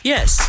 Yes